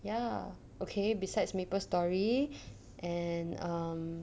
ya okay besides maple story and um